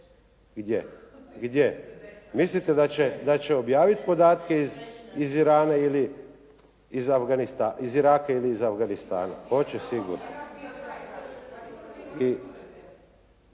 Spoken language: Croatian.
… gdje? Mislite da će objaviti podatke iz Irana ili iz Iraka ili iz Afganistana? Hoće sigurno.